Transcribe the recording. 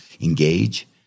engage